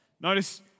Notice